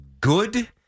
good